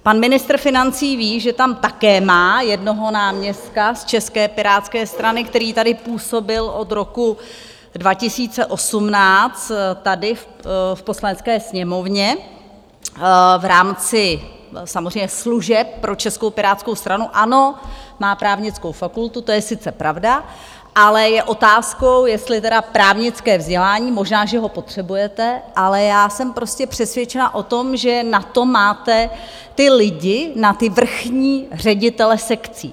Pan ministr financí ví, že tam také má jednoho náměstka České pirátské strany, který tady působil od roku 2018, tady v Poslanecké sněmovně, v rámci samozřejmě služeb pro Českou pirátskou stranu, ano, má právnickou fakultu, to je sice pravda, ale je otázkou, jestli tedy právnické vzdělání, možná, že ho potřebujete, ale já jsem přesvědčená o tom, že na to máte ty lidi, na ty vrchní ředitele sekcí.